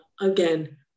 again